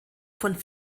von